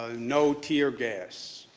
ah no teargas,